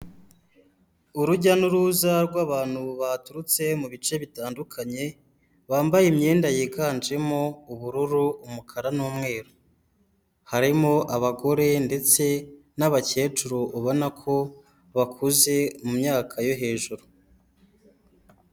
Urujya n'uruza rw'abantu baturutse mu bice bitandukanye bambaye imyenda yiganjemo ubururu, umukara n'umweru harimo abagore ndetse n'abakecuru ubona ko bakuze mu myaka yo hejuru.